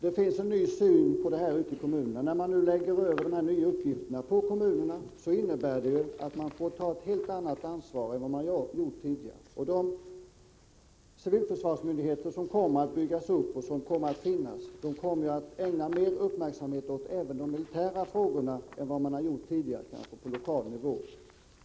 Det finns en ny syn på det här ute i kommunerna. När man nu lägger över dessa nya uppgifter på kommunerna, så innebär det att kommunerna får ta ett helt annat ansvar än tidigare. De civilförsvarsmyndigheter som skall byggas upp kommer att ägna mer uppmärksamhet även åt de militära frågorna än vad som skett tidigare på lokal nivå.